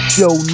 Show